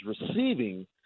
receiving